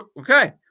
Okay